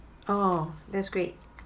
oh that's great